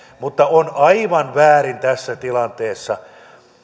mutta on aivan väärin tässä tilanteessa